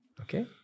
Okay